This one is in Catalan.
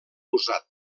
usat